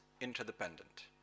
interdependent